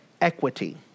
equity